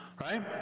Right